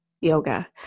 yoga